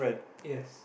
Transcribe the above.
yes